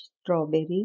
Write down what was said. strawberries